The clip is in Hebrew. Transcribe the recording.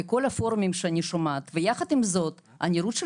ואני מבין את הצורך,